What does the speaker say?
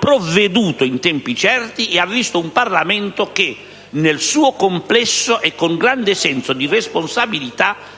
provvedere in tempi certi. Dall'altra, un Parlamento che nel suo complesso, e con grande senso di responsabilità,